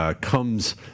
comes